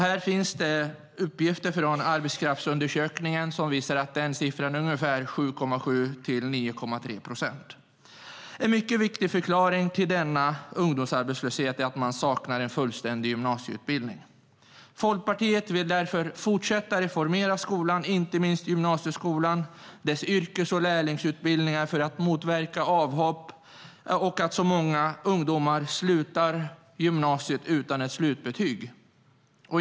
Det finns uppgifter från Arbetskraftsundersökningen som visar att den siffran är 7,7-9,3 procent. En mycket viktig förklaring till denna ungdomsarbetslöshet är att man saknar en fullständig gymnasieutbildning. Folkpartiet vill därför fortsätta reformera skolan och inte minst gymnasieskolans yrkes och lärlingsutbildningar för att motverka avhopp och förebygga att ungdomar slutar skolan utan slutbetyg.